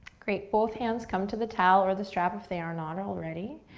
great, both hands come to the towel or the strap if they are not already.